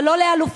אבל לא לאלופים,